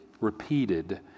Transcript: repeated